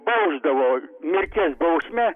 bausdavo mirties bausme